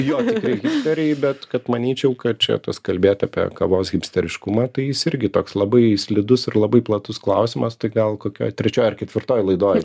jo tikri hipsteriai bet kad manyčiau kad čia tas kalbėt apie kavos hipsteriškumą tai jis irgi toks labai slidus ir labai platus klausimas tai gal kokioj trečioj ar ketvirtoj laidoj